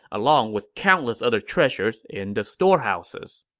along with countless other treasures in the storehouses.